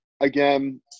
again